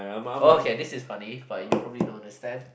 okay this is funny but you probably don't understand